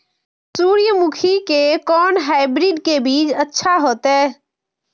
सूर्यमुखी के कोन हाइब्रिड के बीज अच्छा होते?